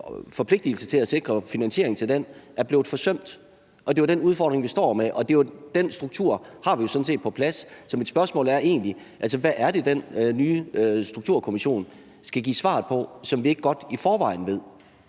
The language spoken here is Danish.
forpligtigelsen til at sikre finansieringen til det er blevet forsømt. Det er jo den udfordring, vi står med. Den struktur er jo sådan set på plads, så mit spørgsmål er egentlig: Hvad er det, den nye Sundhedsstrukturkommission skal give svar på, som vi ikke godt i forvejen ved?